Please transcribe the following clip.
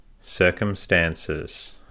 Circumstances